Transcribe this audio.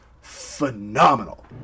phenomenal